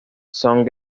son